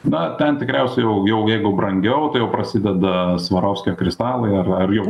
na ten tikriausiai jau jau jeigu brangiau jau prasideda svarovskio kristalai ar ar jau